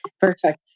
Perfect